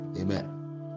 Amen